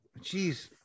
Jeez